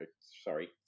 sorry